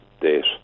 date